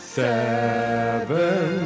seven